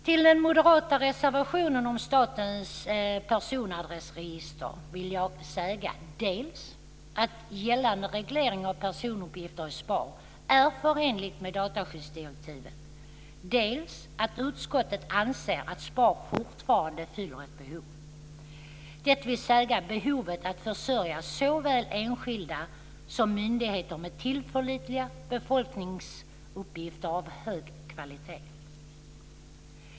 Till den moderata reservationen om Statens personadressregister vill jag säga dels att gällande reglering av personuppgifter i SPAR är förenligt med dataskyddsdirektivet, dels att utskottet anser att SPAR fortfarande fyller ett behov, dvs. behovet att försörja såväl enskilda som myndigheter med tillförlitliga befolkningsuppgifter av hög kvalitet.